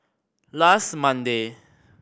last Monday